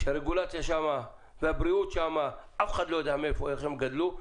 שהרגולציה שם והבריאות שם אף אחד לא יודע איך הם גדלו,